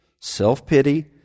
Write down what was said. self-pity